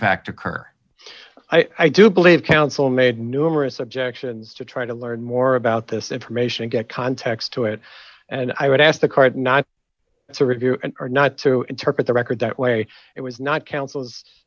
fact occur i do believe counsel made numerous objections to try to learn more about this information and get context to it and i would ask the court not so if you are not to interpret the record that way it was not counsel